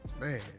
man